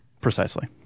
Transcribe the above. Precisely